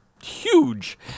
huge